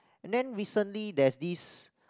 and then recently there's this